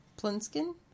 Plinskin